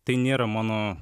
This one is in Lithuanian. tai nėra mano